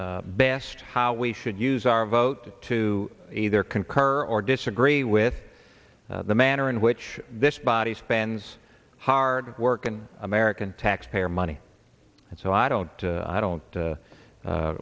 best how we should use our vote to either concur or disagree with the manner in which this body's fans hard work and american taxpayer money and so i don't i don't